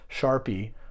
Sharpie